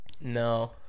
No